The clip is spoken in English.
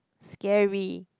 scary